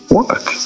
work